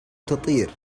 تطير